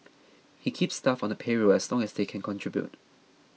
he keeps staff on the payroll as long as they can contribute